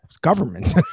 government